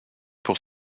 pour